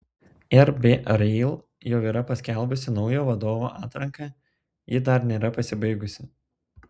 rb rail jau yra paskelbusi naujo vadovo atranką ji dar nėra pasibaigusi